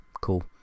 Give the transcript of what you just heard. cool